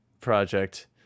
project